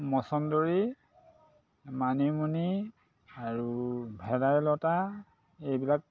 মচন্দৰি মানিমুনি আৰু ভেদাইলতা এইবিলাক